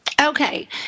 Okay